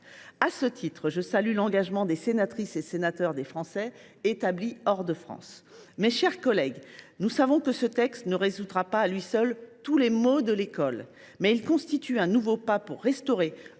À ce titre, je salue l’engagement des sénatrices et des sénateurs représentant les Français établis hors de France. Mes chers collègues, ce texte, nous le savons, ne résoudra pas à lui seul tous les maux de l’école, mais il constituera un nouveau pas pour restaurer